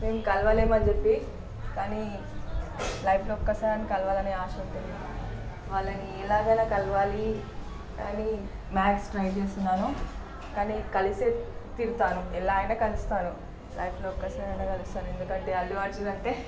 మేము కలవలేం అని చెప్పి కానీ లైఫ్లో ఒక్కసారైనా కలవాలని ఆశ ఉంటుంది వాళ్ళని ఎలాగోలా కలవాలి కానీ మ్యాక్స్ ట్రై చేస్తున్నాను కానీ కలిసే తీరుతాను ఎలాగైనా కలుస్తాను లైఫ్లో ఒక్కసారైనా కలుస్తాను ఎందుకంటే అల్లు అర్జున్ అంటే